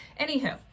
anywho